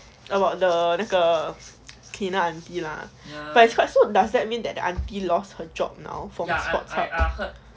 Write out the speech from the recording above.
about the 那个 cleaner auntie lah but it's quite so does that mean that the auntie lost her job now